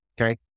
Okay